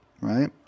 right